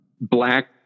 black